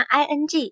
ing